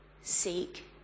seek